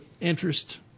interest